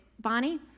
Bonnie